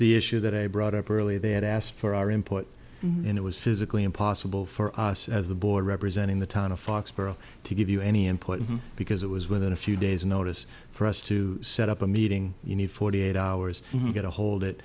the issue that i brought up earlier they had asked for our input and it was physically impossible for us as the board representing the town of foxborough to give you any input because it was within a few days notice for us to set up a meeting you need forty eight hours to get a hold it